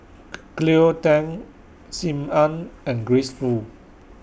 Cleo Thang SIM Ann and Grace Fu